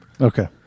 okay